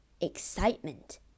excitement